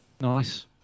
Nice